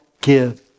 give